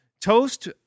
toast